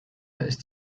ist